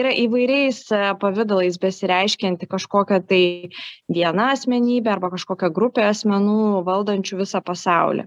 yra įvairiais pavidalais besireiškianti kažkokia tai viena asmenybė arba kažkokia grupė asmenų valdančių visą pasaulį